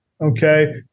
Okay